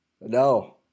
No